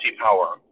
power